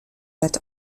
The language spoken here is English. that